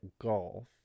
golf